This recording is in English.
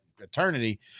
eternity